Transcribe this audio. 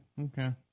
Okay